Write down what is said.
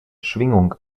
schwingung